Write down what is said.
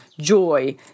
joy